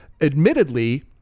admittedly